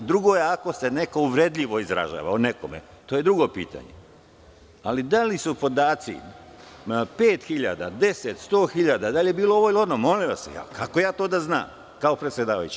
Drugo je ako se neko uvredljivo izražava o nekome, to je drugo pitanje, ali da li su podaci pet hiljada, 10, 100 hiljada, da li je bilo ovo ili ono, molim vas, kako ja to da znam kao predsedavajući?